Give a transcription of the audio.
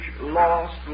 lost